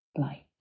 light